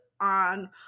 on